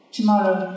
Tomorrow